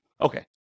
Okay